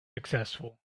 successful